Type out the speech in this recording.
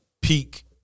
peak